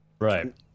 Right